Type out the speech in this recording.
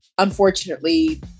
Unfortunately